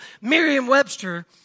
Merriam-Webster